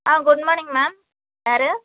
ஆ good morning ma'am யார்